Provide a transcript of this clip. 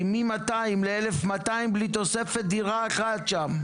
כי מ-200 ל-1,200 בלי תוספת דירה אחת שם,